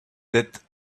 that